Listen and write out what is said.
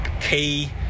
key